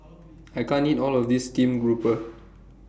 I can't eat All of This Steamed Grouper